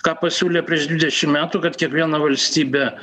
ką pasiūlė prieš dvidešimt metų kad kiekviena valstybė